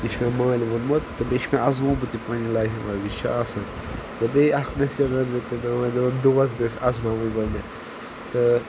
یہِ چھِ مےٚ مٲلۍ ووٚنمُت تہٕ بیٚیہِ چھِ مےٚ اَزمومُت پنٛنہِ لایفہِ منٛز یہِ چھُ آسان تہٕ بیٚیہِ اَکھ مٮ۪سیج وَنہٕ بہٕ تۄہہِ دَپان دَپان دوس گژھِ اَزماوُن گۄڈنٮ۪تھ تہٕ